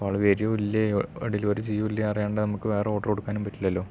ആളു വരുമോ ഇല്ലയോ ഡെലിവറി ചെയ്യൂലെ അറിയാണ്ട് നമുക് വേറെ ഓർഡർ കൊടുക്കാനും പറ്റില്ലല്ലോ